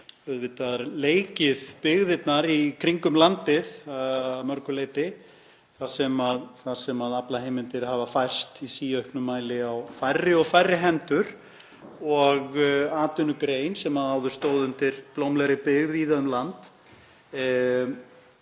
hefur leikið byggðirnar í kringum landið að mörgu leyti þar sem aflaheimildir hafa færst í síauknum mæli á færri og færri hendur og atvinnugrein, sem áður stóð undir blómlegri byggð víða um land,